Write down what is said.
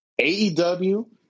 aew